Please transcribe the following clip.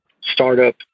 startup